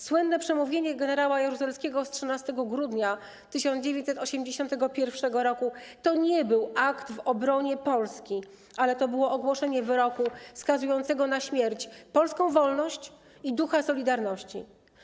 Słynne przemówienie gen. Jaruzelskiego z 13 grudnia 1981 r. to nie był akt w obronie Polski, ale to było ogłoszenie wyroku skazującego na śmierć polską wolność i ducha „Solidarności”